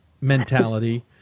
Mentality